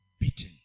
beaten